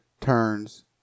turns